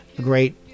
great